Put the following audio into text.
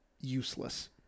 useless